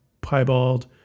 Piebald